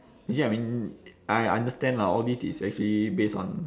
actually I mean I understand lah all this is actually based on